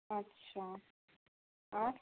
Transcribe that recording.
আচ্ছা আর